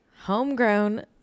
Homegrown